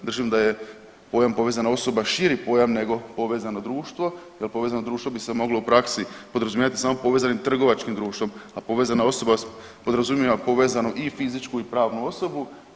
Držim da je pojam povezana osoba širi pojam nego povezano društvo, jer povezano društvo bi se moglo u praksi moglo podrazumijevati samo povezanim trgovačkim društvom, a povezana osoba podrazumijeva povezanu i fizičku i pravnu osobu.